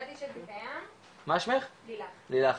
לילך.